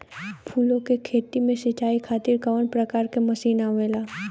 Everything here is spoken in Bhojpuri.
फूलो के खेती में सीचाई खातीर कवन प्रकार के मशीन आवेला?